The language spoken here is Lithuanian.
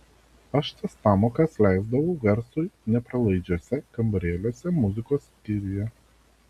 aš tas pamokas leisdavau garsui nepralaidžiuose kambarėliuose muzikos skyriuje